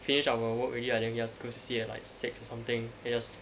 finished our work already then we just go C_C_A at like six or something then just